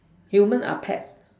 humans are pet